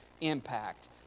impact